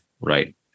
right